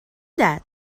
that